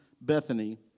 Bethany